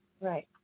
Right